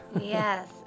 yes